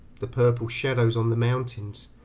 the purple shadows on the mountains,